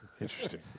Interesting